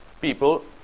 people